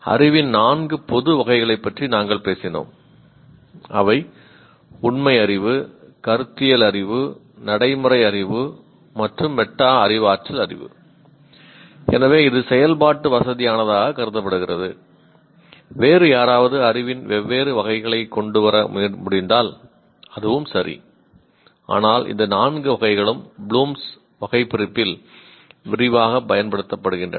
அறிவின் நான்கு பொது வகைகளைப் பற்றி நாங்கள் பேசினோம் அவை உண்மை அறிவு கருத்தியல் அறிவு நடைமுறை அறிவு மற்றும் மெட்டா வகைபிரிப்பில் விரிவாகப் பயன்படுத்தப்படுகின்றன